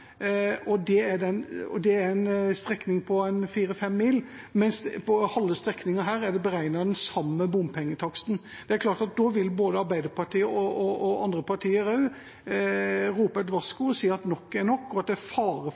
Det er en strekning på 4–5 mil. Men på en strekning tilsvarende det halve er det beregnet samme bompengetakst. Det er klart at da vil både Arbeiderpartiet og andre partier rope et varsko og si at nok er nok. Det er fare for overbelastning av det gamle veinettet, og en må ta de hensynene. Jeg er veldig glad for